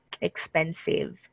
expensive